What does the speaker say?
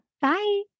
Bye